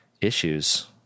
issues